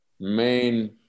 main